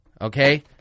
okay